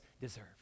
deserve